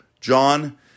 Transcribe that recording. John